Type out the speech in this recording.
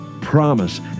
promise